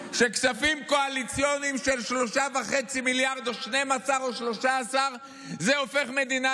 שכספים קואליציוניים של 3.5 מיליארד או 12 או 13 מיליארד